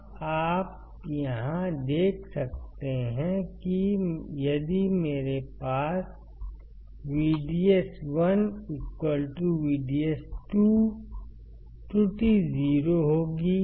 अब आप यहाँ देख सकते हैं कि यदि मेरे पास VDS1 VDS2 त्रुटि 0 होगी